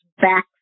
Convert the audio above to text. back